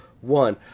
one